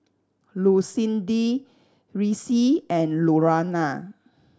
Lucindy Reece and Lurana